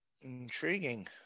intriguing